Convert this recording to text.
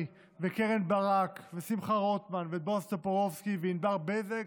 וקרן ברק ושמחה רוטמן ובועז טופורובסקי וענבר בזק,